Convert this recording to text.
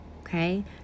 Okay